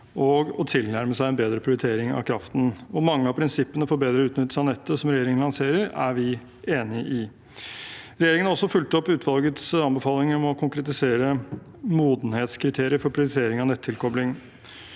og å tilnærme seg en bedre prioritering av kraften. Mange av prinsippene for bedre utnyttelse av nettet som regjeringen lanserer, er vi enig i. Regjeringen har også fulgt opp utvalgets anbefalinger om å konkretisere modenhetskriterier for prioritering av nettilkobling.